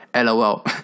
LOL